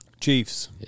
Chiefs